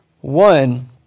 one